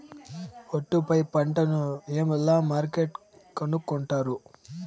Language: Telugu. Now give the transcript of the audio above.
ఒట్టు పై పంటను ఎలా మార్కెట్ కొనుక్కొంటారు?